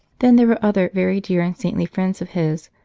then, there were other very dear and saintly friends of his,